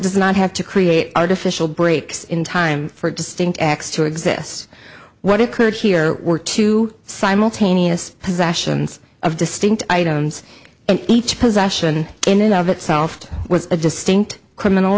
does not have to create artificial breaks in time for distinct acts to exist what occurred here were two simultaneous possessions of distinct items and each possession in and of itself was a distinct criminal